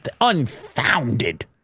unfounded